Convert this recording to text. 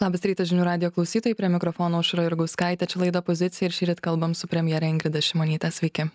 labas rytas žinių radijo klausytojai prie mikrofono aušra jurgauskaitė čia laida pozicija ir šįryt kalbam su premjere ingrida šimonyte sveiki